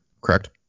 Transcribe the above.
Correct